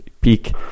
Peak